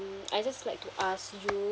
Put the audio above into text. I just like to ask you